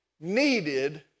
needed